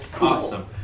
Awesome